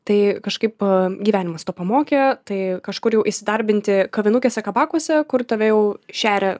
tai kažkaip gyvenimas to pamokė tai kažkur jau įsidarbinti kavinukėse kabakuose kur tave jau šeria